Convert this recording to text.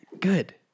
good